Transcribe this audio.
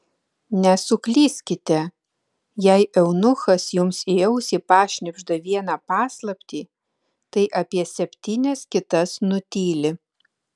nesuklyskite jei eunuchas jums į ausį pašnibžda vieną paslaptį tai apie septynias kitas nutyli